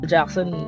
Jackson